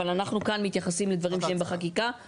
אבל אנחנו כאן מתייחסים לדברים שהם בחקיקה,